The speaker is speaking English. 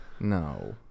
No